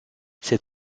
ses